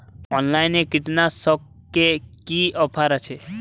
অনলাইনে কীটনাশকে কি অফার আছে?